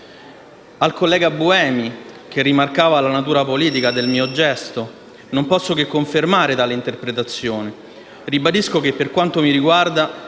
Al collega Buemi, che rimarcava la natura politica del mio gesto, non posso che confermare tale interpretazione. Ribadisco che, per quanto mi riguarda,